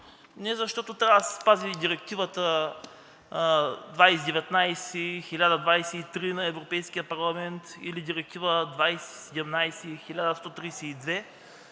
не защото трябва да се спази Директива № 2019/1023 на Европейския парламент или Директива № 2017/1132